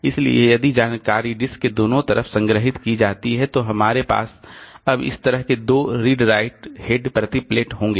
इसलिए यदि जानकारी डिस्क के दोनों तरफ संग्रहीत की जाती है तो हमारे पास अब इस तरह के दो रीड राइट हेड प्रति प्लेट होंगे